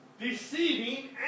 deceiving